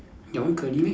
your one curly meh